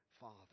Father